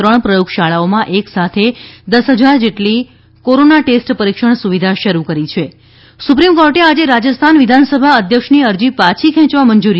ત્રણ પ્રયોગશાળાઓમાં એક સાથે દસ હજાર જેટલી ટેસ્ટ પરીક્ષણ સુવિધા શરૂ કરી છે સુપ્રીમ કોર્ટે આજે રાજસ્થાન વિધાનસભા અધ્યક્ષની અરજી પાછી ખેંચવા મંજૂરી